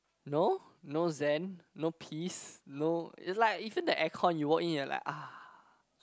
no no zen no peace no it's like even the air con you walk in you are like ah